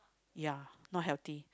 ya not healthy